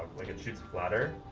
like it shoots flatter.